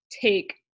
take